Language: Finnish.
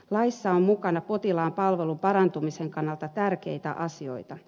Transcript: laissa on mukana potilaan palvelun parantumisen kannalta tärkeitä asioita